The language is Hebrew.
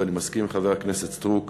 ואני מסכים עם חברת הכנסת סטרוק,